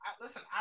Listen